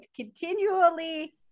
continually